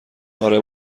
آره